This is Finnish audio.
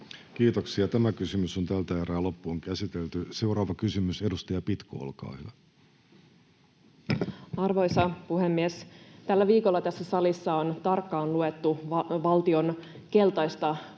asiaa esille, ja myös haastattelujen kautta. Seuraava kysymys, edustaja Pitko, olkaa hyvä. Arvoisa puhemies! Tällä viikolla tässä salissa on tarkkaan luettu valtion keltaista budjettikirjaa.